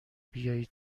بیایی